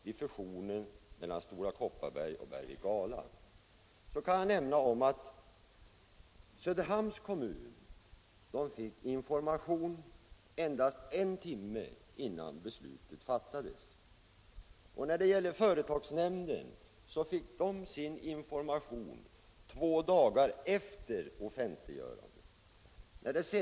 Vid fusionen mellan Stora Kopparberg och Bergvik och Ala kan jag nämna att Söderhamns kommun fick information endast en timme innan beslutet fattades, och företagsnämnden fick sin information två dagar efter offentliggörandet.